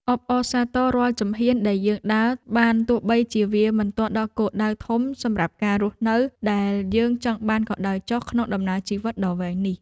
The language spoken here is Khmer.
អបអរសាទររាល់ជំហានដែលយើងដើរបានទោះបីជាវាមិនទាន់ដល់គោលដៅធំសម្រាប់ការរស់នៅដែលយើងចង់បានក៏ដោយចុះក្នុងដំណើរជីវិតដ៏វែងនេះ។